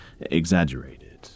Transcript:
exaggerated